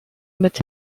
mit